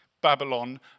Babylon